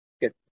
good